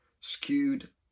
skewed